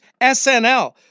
SNL